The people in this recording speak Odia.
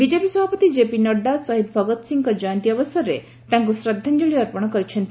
ବିଜେପି ସଭାପତି ଜେପି ନଡ୍ଜା ଶହୀଦ ଭଗତ ସିଂଙ୍କ ଜୟନ୍ତୀ ଅବସରରେ ତାଙ୍କୁ ଶ୍ରଦ୍ଧାଞ୍ଜଳି ଅର୍ପଣ କରିଛନ୍ତି